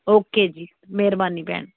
okay ਜੀ ਮਿਹਰਬਾਨੀ ਭੈਣ